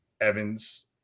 Evans